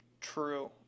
True